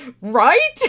right